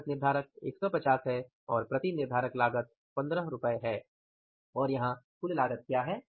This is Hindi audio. लागत निर्धारक 150 है और प्रति निर्धारक लागत 15 रु है और यहां कुल लागत क्या है